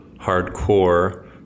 hardcore